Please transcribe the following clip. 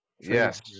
Yes